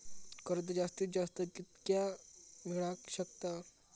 कर्ज जास्तीत जास्त कितक्या मेळाक शकता?